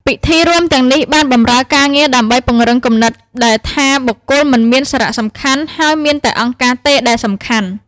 ពិធីរួមទាំងនេះបានបម្រើការងារដើម្បីពង្រឹងគំនិតដែលថាបុគ្គលមិនមានសារៈសំខាន់ ហើយមានតែអង្គការទេដែលសំខាន់។